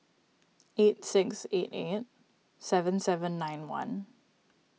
eight six eight eight seven seven nine one